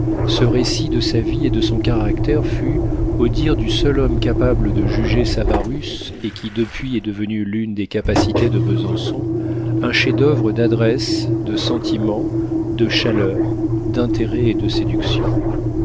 ce récit de sa vie et de son caractère fut au dire du seul homme capable de juger savarus et qui depuis est devenu l'une des capacités de besançon un chef-d'oeuvre d'adresse de sentiment de chaleur d'intérêt et de séduction